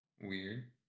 weird